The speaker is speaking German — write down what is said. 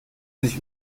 sich